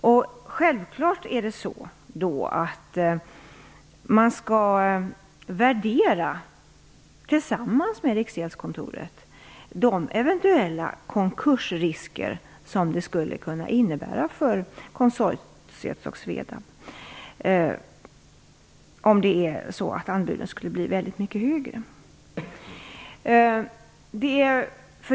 Det är självklart att man då, tillsammans med Riksgäldskontoret, skall värdera de eventuella konkursrisker som det skulle kunna innebära för konsortiet och Svedab om anbuden blir väldigt mycket högre.